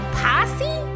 posse